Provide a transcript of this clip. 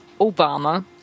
Obama